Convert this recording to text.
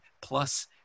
plus